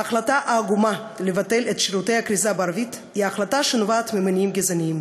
ההחלטה העגומה לבטל את שירותי הכריזה בערבית נובעת ממניעים גזעניים.